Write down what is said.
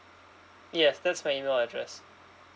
yes that's my email address